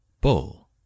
Bull